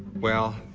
well,